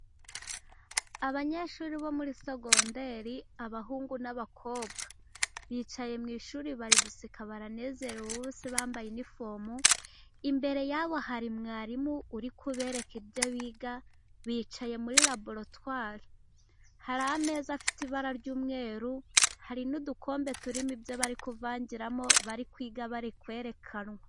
Abanyeshuri bo muri segonndare abahungu n'abakobwa, bicaye mu ishuri bari guseka baranezerewe, bose bambaye inifomu. Imbere yabo hari mwarimu uri kubereka ibyo biga, bicaye muri raboratware, hari ameza afite ibara ry'umweru, hari n'udukombe turimo ibyo bari kuvangiramo bari kwiga bari kwerekanwa.